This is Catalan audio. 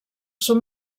són